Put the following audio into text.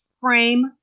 frame